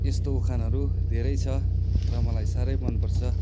यस्तो उखानहरू धेरै छ र मलाई साह्रै मनपर्छ